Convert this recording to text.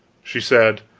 she said